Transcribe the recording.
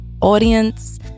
audience